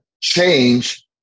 change